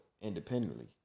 independently